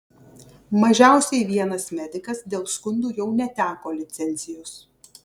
mažiausiai vienas medikas dėl skundų jau neteko licencijos